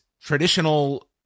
traditional